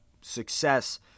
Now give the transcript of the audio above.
success